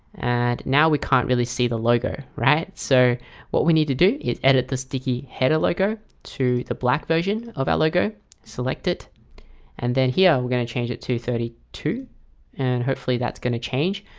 and now we can't really see the logo, right? so what we need to do is edit the sticky header logo to the black version of our logo select it and then here we're going to change it to thirty two and hopefully that's going to change.